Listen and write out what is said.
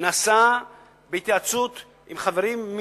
נעשה בהתייעצות עם החברים.